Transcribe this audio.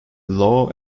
law